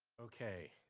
okay,